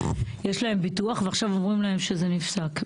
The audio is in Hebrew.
יש להם ביטוח ועכשיו אומרים להם שזה נפסק.